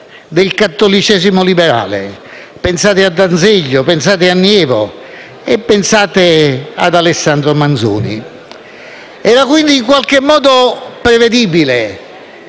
del cattolicesimo liberale. Pensate a D'Azeglio, a Nievo e ad Alessandro Manzoni. Era quindi in qualche modo prevedibile